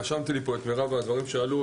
רשמתי לי את מירב הדברים שעלו,